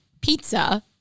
pizza